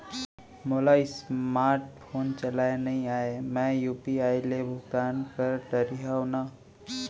मोला smart phone चलाए नई आए मैं यू.पी.आई ले भुगतान कर डरिहंव न?